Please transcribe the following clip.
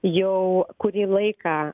jau kurį laiką